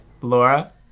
Laura